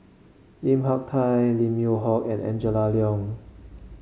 Lim Hak Tai Lim Yew Hock and Angela Liong